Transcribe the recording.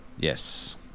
Yes